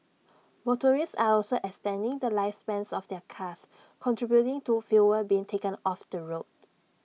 motorists are also extending the lifespans of their cars contributing to fewer being taken off the road